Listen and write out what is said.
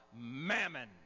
mammon